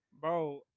Bro